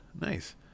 Nice